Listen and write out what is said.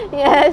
yes